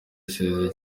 isize